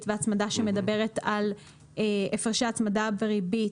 והצמדה שמדברת על הפרשי הצמדה וריבית,